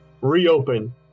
reopen